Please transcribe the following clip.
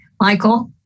Michael